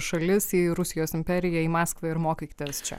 šalis į rusijos imperiją į maskvą ir mokykitės čia